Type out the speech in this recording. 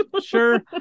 sure